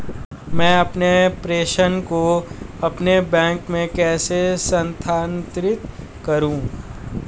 मैं अपने प्रेषण को अपने बैंक में कैसे स्थानांतरित करूँ?